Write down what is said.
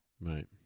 Right